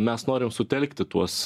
mes norim sutelkti tuos